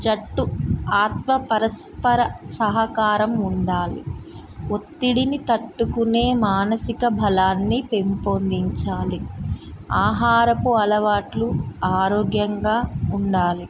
జట్టు ఆత్మపరస్పర సహకారం ఉండాలి ఒత్తిడిని తట్టుకునే మానసిక బలాన్నిపెంపొందించాలి ఆహారపు అలవాట్లు ఆరోగ్యంగా ఉండాలి